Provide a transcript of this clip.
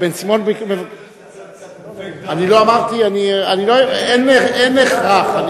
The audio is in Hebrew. אני לא, אין הכרח.